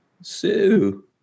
Sue